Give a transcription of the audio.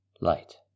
light